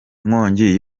inkongi